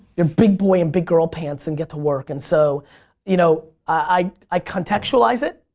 your big boy, and big girl pants and get to work. and so you know i i contextualize it.